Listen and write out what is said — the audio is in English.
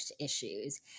issues